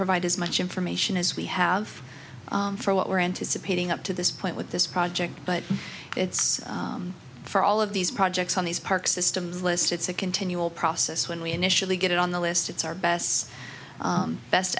provide as much information as we have for what we're anticipating up to this point with this project but it's for all of these projects on these parks systems list it's a continual process when we initially get on the listed our best best